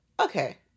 okay